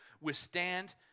withstand